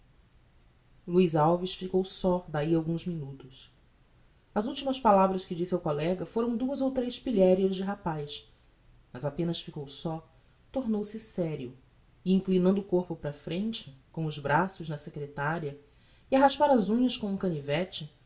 luiz alves ficou só dahi a alguns minutos as ultimas palavras que disse ao collega foram duas ou tres pilherias de rapaz mas apenas ficou só tornou-se serio e inclinando o corpo para a frente com os braços na secretaria e a raspar as unhas com um canivete